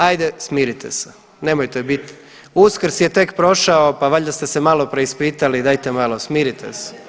Ajde smirite se, nemojte bit, Uskrs je tek prošao pa valjda ste se malo preispitali dajte malo smiriti se.